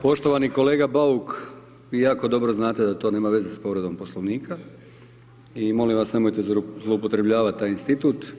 Poštovani kolega Bauk, vi jako dobro znate da to nema veze s povredom Poslovnika i molim vas nemojte zloupotrebljavati taj institut.